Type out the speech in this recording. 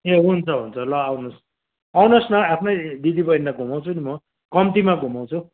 ए हुन्छ हुन्छ ल आउनुहोस् आउनुहोस् न आफ्नै दिदी बैनीलाई घुमाउँछु नि म कम्तीमा घुमाउँछु